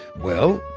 well,